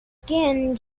skin